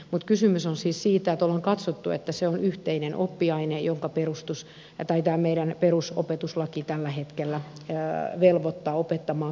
mutta kysymys on siis siitä että ollaan katsottu että se on yhteinen oppiaine jota tämä meidän perusopetuslaki tällä hetkellä velvoittaa opettamaan kaikkialla